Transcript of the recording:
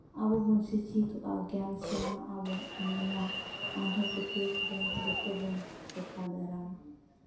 ᱟᱵᱚ ᱵᱚᱱ ᱥᱤᱪᱪᱷᱤᱛᱚᱜᱼᱟ ᱜᱮᱭᱟᱱ ᱥᱮᱭᱟᱱᱚᱜᱼᱟ ᱵᱚᱱ ᱱᱚᱣᱟ ᱟᱸᱫᱷᱟ ᱯᱟᱹᱛᱭᱟᱹᱣ ᱠᱚᱫᱚ ᱡᱚᱛᱚ ᱵᱚᱱ ᱴᱮᱠᱟᱣ ᱫᱟᱨᱟᱢᱟ